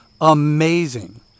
amazing